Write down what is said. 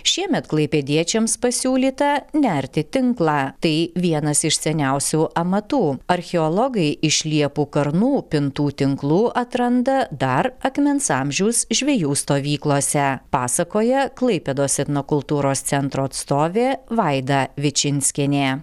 šiemet klaipėdiečiams pasiūlyta nerti tinklą tai vienas iš seniausių amatų archeologai iš liepų karnų pintų tinklų atranda dar akmens amžiaus žvejų stovyklose pasakoja klaipėdos etnokultūros centro atstovė vaida vičinskienė